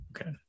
Okay